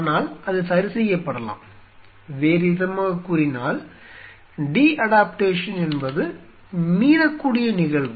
ஆனால் அது சரிசெய்யப்படலாம் வேறுவிதமாகக் கூறினால் டி அடாப்டேஷன் என்பது மீளக்கூடிய நிகழ்வு